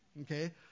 Okay